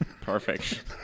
Perfect